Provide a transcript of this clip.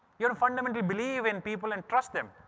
your fundamental believe in people and trust them.